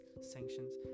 sanctions